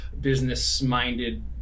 business-minded